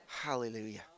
Hallelujah